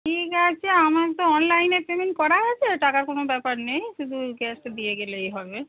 ঠিক আছে আমার তো অনলাইনে পেমেন্ট করা হয়েছে টাকার কোনো ব্যাপার নেই শুধু ওই গ্যাসটা দিয়ে গেলেই হবে